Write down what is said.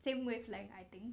same wavelength I think